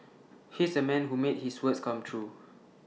he's A man who made his words come true